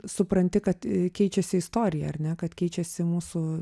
supranti kad keičiasi istorija ar ne kad keičiasi mūsų